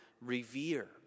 revere